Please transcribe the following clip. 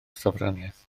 sofraniaeth